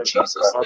Jesus